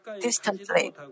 distantly